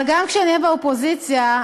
אבל גם כשנהיה באופוזיציה,